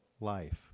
life